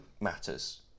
matters